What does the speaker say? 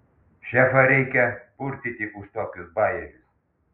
šefą reikia purtyti už tokius bajerius